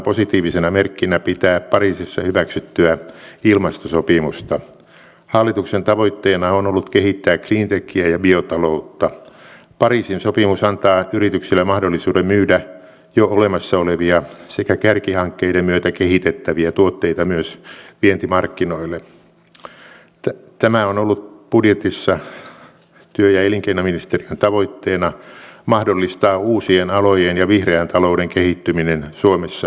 olen sanonut että teen kaiken sen mihin stmssä sosiaali ja terveysministerinä pystyn että heidän tilannettaan ehdottomasti parannetaan ja heille turvataan sitten ovat he entisiä nykyisiä tai tulevia rauhanturvaajia se että jos he tarvitsevat tukitoimia hoitoa hoivaa sen jälkeen kun he palaavat suomeen heille se myöskin mahdollistetaan